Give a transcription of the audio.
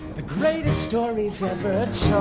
the greatest stories ever